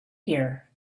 here